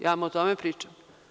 Ja vam o tome pričam.